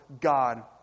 God